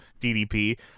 DDP